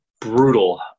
brutal